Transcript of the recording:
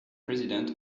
president